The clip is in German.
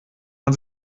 man